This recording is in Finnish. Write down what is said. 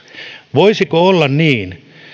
voisiko olla niin